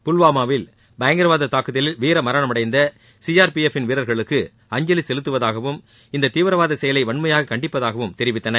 புல்வாமாவில் பயங்கரவாத தாக்குதலில் வீரமரணமடைந்த சி ஆர் பி எஃப் வீரர்களுக்கு அஞ்சலி செலுத்துவதாகவும் இந்த தீவிரவாத செயலை வன்மையாக கண்டிப்பதாகவும் தெரிவித்தன